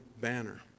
banner